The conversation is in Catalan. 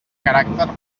caràcter